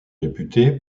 réputé